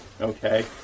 okay